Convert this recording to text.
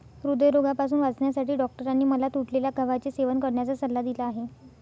हृदयरोगापासून वाचण्यासाठी डॉक्टरांनी मला तुटलेल्या गव्हाचे सेवन करण्याचा सल्ला दिला आहे